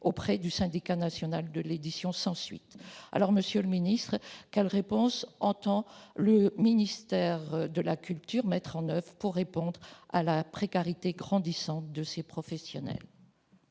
auprès du Syndicat national de l'édition, sans suite. Monsieur le ministre, quelles mesures le ministère de la culture entend-il mettre en oeuvre pour répondre à la précarité grandissante de ces professionnels ?